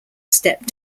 step